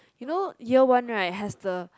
you know year one right has the